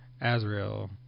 Azrael